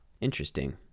interesting